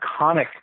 iconic